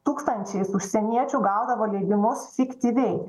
tūkstančiais užsieniečių gaudavo leidimus fiktyviai